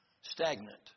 stagnant